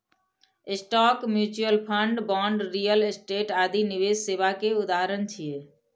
stock, mutual fund, bond, real estate आदि निवेश सेवा के उदाहरण छियै